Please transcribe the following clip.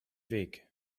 weg